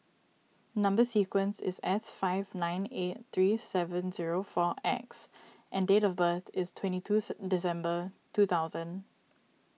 Number Sequence is S five nine eight three seven zero four X and date of birth is twenty two December two thousand